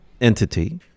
entity